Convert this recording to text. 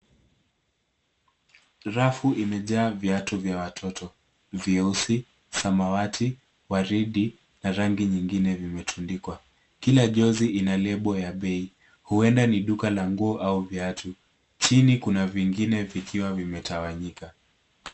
Rafu imejaa viatu vya watoto, vyeusi, samawati, waridi na rangi nyingine vimetundikwa. Kila jozi ina lebo ya bei. Huenda ni duka la nguo au viatu. Chini kuna vingine vikiwa vimetawanyika.